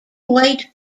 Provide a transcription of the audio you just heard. white